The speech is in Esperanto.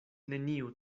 neniu